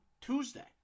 Tuesday